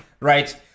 right